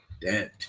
dead